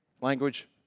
language